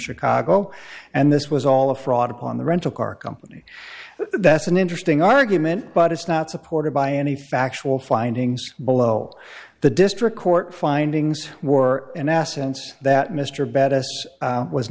chicago and this was all a fraud upon the rental car company that's an interesting argument but it's not supported by any factual findings below the district court findings were in essence that mr